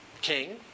king